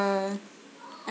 err